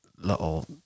Little